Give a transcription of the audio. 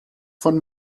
von